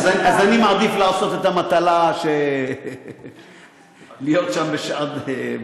אז אני מעדיף לעשות את המטלה, להיות שם בזמן,